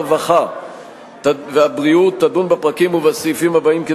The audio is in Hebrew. הרווחה והבריאות תדון בפרקים ובסעיפים הבאים: